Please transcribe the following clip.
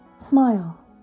smile